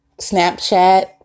Snapchat